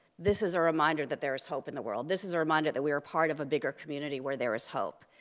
this is a reminder that there is hope in the world, this is a reminder that we are part of a bigger community where there is hope.